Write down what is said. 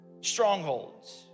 strongholds